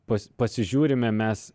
pas pasižiūrime mes